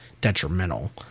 detrimental